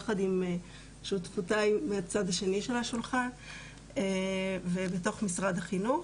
יחד עם שותפותיי מהצד השני של השולחן ובתוך משרד החינוך.